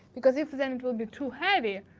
because if then it will be too heavy.